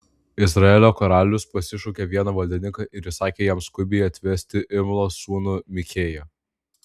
izraelio karalius pasišaukė vieną valdininką ir įsakė jam skubiai atvesti imlos sūnų michėją